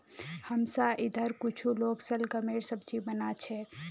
हमसार इधर कुछू लोग शलगमेर सब्जी बना छेक